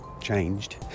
changed